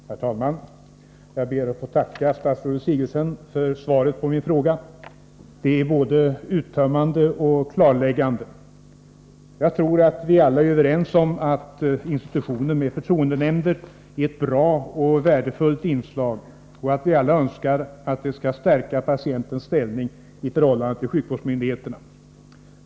Herr talman! Jag ber att få tacka statsrådet Sigurdsen för svaret på min fråga. Det är både uttömmande och klarläggande. Jag tror att vi alla är överens om att institutioner med förtroendenämnder är ett bra och värdefullt inslag och att vi alla önskar att det skall stärka patientens ställning i förhållande till sjukvårdsmyndigheterna.